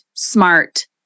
smart